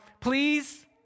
please